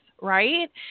right